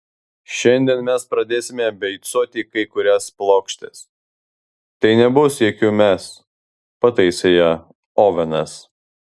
šiandien mes pradėsime beicuoti kai kurias plokštes tai nebus jokių mes pataisė ją ovenas